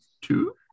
two